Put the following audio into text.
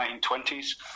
1920s